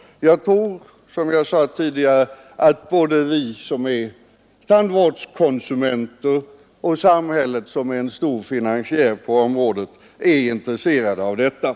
Som jag sade tidigare tror jag att både vi tandvårdskonsumenter och samhället, som är en stor finansiär på området, är intresserade härav.